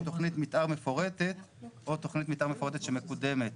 תכנית מתאר מפורטת או תכנית מתאר מפורטת שמקודמת